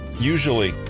Usually